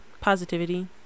positivity